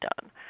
done